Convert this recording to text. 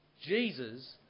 Jesus